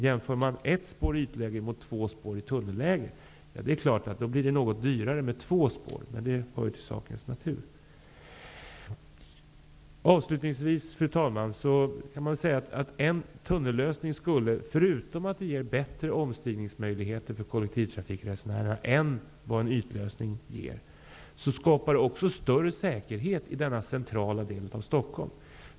Om man jämför ett spår i ytläge med två spår i tunnelläge, är det klart att det blir något dyrare med två spår. Men det hör till sakens natur. Avslutningsvis, fru talman, kan man säga att en tunnellösning skulle, förutom att ge bättre omstigningsmöjligheter för kollektivtrafikresenärerna än vad en ytlösning ger, också skapa större säkerhet i denna centrala del av Stockholm.